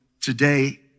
today